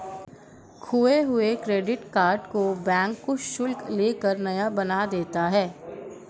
खोये हुए credit card को बैंक कुछ शुल्क ले कर नया बना देता है